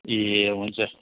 ए हुन्छ